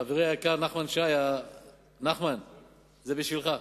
חברי היקר נחמן שי, זה בשבילך,